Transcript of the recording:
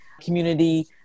Community